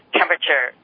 temperature